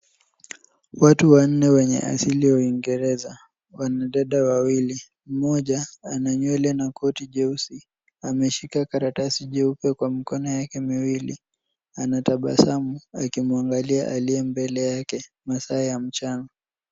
Watu wanne wenye asili ya uingereza. Wanadada wawili mmoja ana nywele na koti jeusi. Ameshika karatasi jeupe kwa mikono yake miwili. Anatabasamu akimuangalia aliye mbele yake masaa ya mchana.